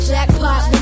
Jackpot